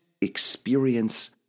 experience